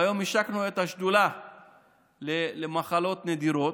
והיום השקנו את השדולה למחלות נדירות,